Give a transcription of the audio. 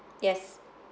yes